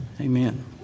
Amen